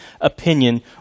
opinion